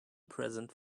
present